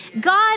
God